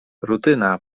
rutyna